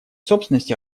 собственности